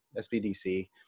SBDC